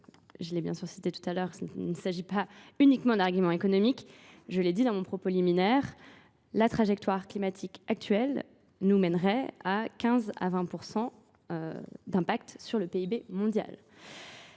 je l'ai bien sûr cité tout à l'heure, il ne s'agit pas uniquement d'arguments économiques, je l'ai dit dans mon propos liminaire, La trajectoire climatique actuelle nous mènerait à 15 à 20% d'impact sur le PIB mondial.